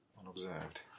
unobserved